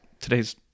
today's